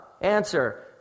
Answer